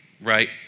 right